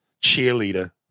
cheerleader